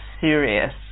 serious